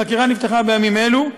החקירה נפתחה בימים אלו,